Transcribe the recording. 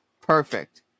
perfect